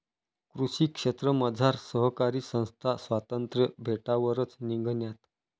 कृषी क्षेत्रमझार सहकारी संस्था स्वातंत्र्य भेटावरच निंघण्यात